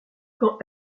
camps